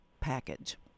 package